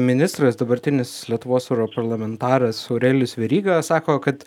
ministras dabartinis lietuvos europarlamentaras aurelijus veryga sako kad